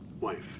wife